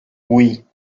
oui